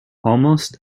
almost